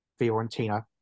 Fiorentina